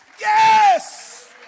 Yes